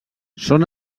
són